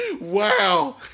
Wow